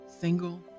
single